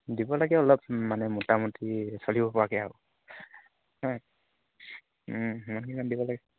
দিব লাগে অলপ মানে মোটামুটি চলিব পৰাকৈ আৰু হয় সিমানখিনিমান দিব লাগে